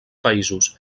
països